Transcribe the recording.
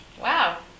Wow